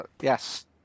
Yes